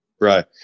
right